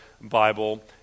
Bible